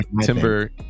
Timber